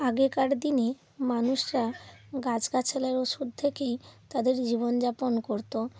আগেকার দিনে মানুষরা গাছগাছালির ওষুধ থেকেই তাদের জীবনযাপন করতো